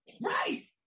right